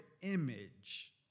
image